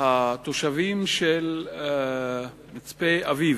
שהתושבים של מצפה-אביב,